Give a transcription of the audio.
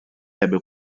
ebbe